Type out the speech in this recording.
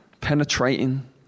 penetrating